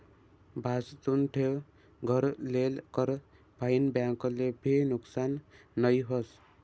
भाजतुन ठे घर लेल कर फाईन बैंक ले भी नुकसान नई व्हस